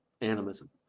Animism